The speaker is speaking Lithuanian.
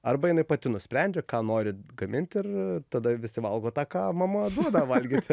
arba jinai pati nusprendžia ką nori gamint ir tada visi valgo tą ką mama duoda valgyti